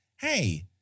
hey